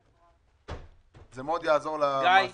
זה יעזור מאוד למעסיקים.